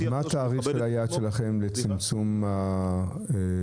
מה תאריך היעד שלכם לצמצום התורים?